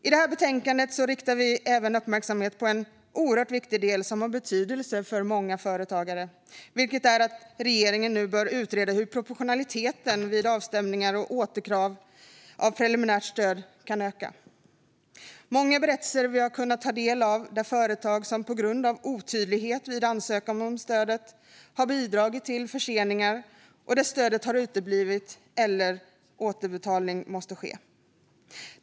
I detta betänkande riktar vi även uppmärksamhet på en oerhört viktig del som har betydelse för många företagare, nämligen att regeringen bör utreda hur proportionaliteten vid avstämningar och återkrav av preliminärt stöd kan förbättras. Det finns många berättelser vi kunnat ta del av där otydlighet vid ansökan om stödet har bidragit till förseningar, till att stödet helt uteblivit eller till att återbetalning måste ske.